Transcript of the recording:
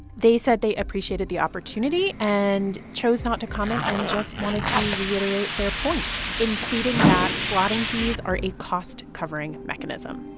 they said they appreciated the opportunity and chose not to comment and just wanted to reiterate their points, including that slotting fees are a cost-covering mechanism